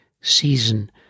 Season